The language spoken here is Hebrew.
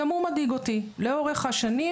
גם הוא מדאיג אותי לאורך השנים,